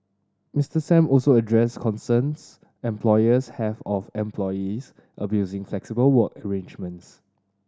Mister Sam also addressed concerns employers have of employees abusing flexible work arrangements